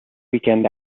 weekend